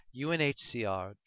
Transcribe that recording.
UNHCR